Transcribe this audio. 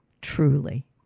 truly